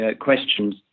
questions